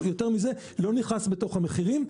יותר מזה לא נכנס בתוך המחירים.